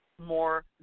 more